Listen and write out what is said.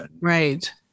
Right